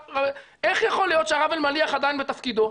איך יכול להיות שהרב אלמליח עדיין בתפקידו?